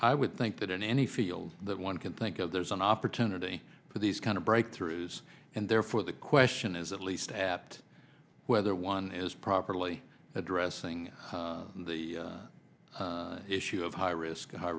i would think that in any field that one can think of there's an opportunity for these kind of breakthroughs and therefore the question is at least apt whether one is properly addressing the issue of high risk hi